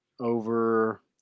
over